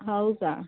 हो का